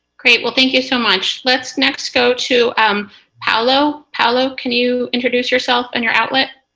great. well, thank you so much. let's next go to um paolo. paolo, can you introduce yourself and your outlet?